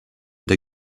der